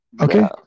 okay